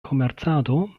komercado